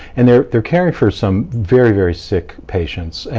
and they're they're caring for some very, very sick patients, and